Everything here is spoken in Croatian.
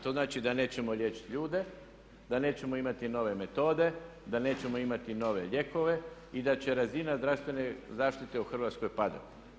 To znači da nećemo liječiti ljude, da nećemo imati nove metode, da nećemo imati nove lijekove i da će razina zdravstvene zaštite u Hrvatskoj padati.